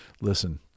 listen